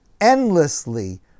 endlessly